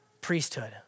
priesthood